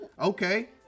Okay